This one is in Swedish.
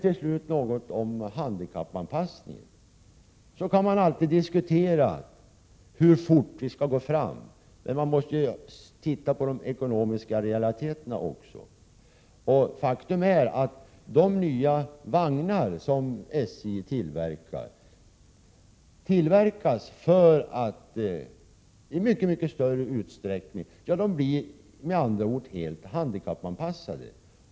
Till slut något om handikappanpassningen. Det kan alltid diskuteras hur fort vi skall gå fram; man måste se även till de ekonomiska realiteterna. Faktum är att SJ:s nya vagnar tillverkas för att bli helt handikappanpassade.